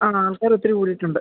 ആ ആൾക്കാരൊത്തിരി കൂടിയിട്ടുണ്ട്